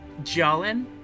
Jalen